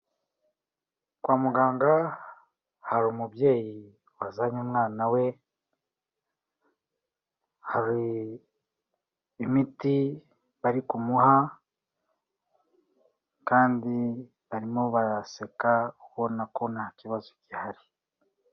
Kwa muganga hari umubyeyi wazanye umwana we, hari imiti bari kumuha, kandi barimo baraseka ubona ko nta kibazo gihari.